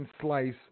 slice